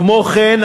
כמו כן,